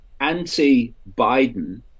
anti-Biden